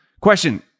Question